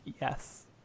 yes